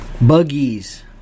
Buggies